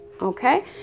Okay